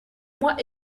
moi